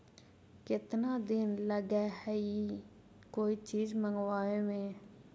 केतना दिन लगहइ कोई चीज मँगवावे में?